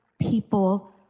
people